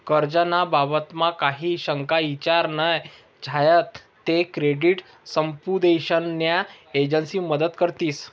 कर्ज ना बाबतमा काही शंका ईचार न्या झायात ते क्रेडिट समुपदेशन न्या एजंसी मदत करतीस